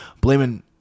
blaming